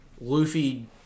Luffy